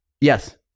Yes